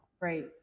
Right